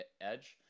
edge